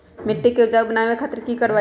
मिट्टी के उपजाऊ बनावे खातिर की करवाई?